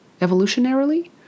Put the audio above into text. evolutionarily